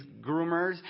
groomers